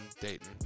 Dayton